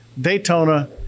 daytona